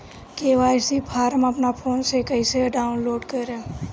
KYC form अपना phone मे कइसे डाऊनलोड करेम?